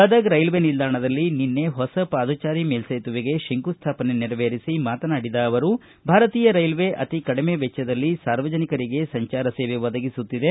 Gadag railway ನಿಲ್ದಾಣದಲ್ಲಿ ನಿನ್ನೆ ಹೊಸ ಪಾದಚಾರಿ ಮೇಲ್ಲೇತುವೆಗೆ ಶಂಕು ಸ್ವಾಪನೆ ನೆರವೇರಿಸಿ ಮಾತನಾಡಿದ ಅವರು ಭಾರತೀಯ ರೈಲ್ವೇ ಅತಿ ಕಡಿಮೆ ವೆಚ್ವದಲ್ಲಿ ಸಾರ್ವಜನಿಕರ ಸಂಜಾರ ಸೇವೆ ಒದಗಿಸುತ್ತಿದೆ